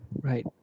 Right